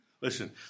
Listen